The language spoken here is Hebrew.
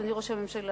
אדוני ראש הממשלה,